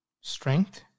strength